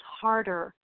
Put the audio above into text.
harder